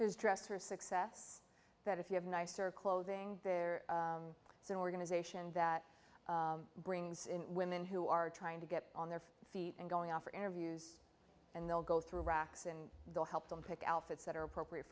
are dressed for success that if you have nicer clothing they're so organization that brings in women who are trying to get on their feet and going off for interviews and they'll go through racks and they'll help them pick outfits that are appropriate